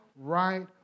right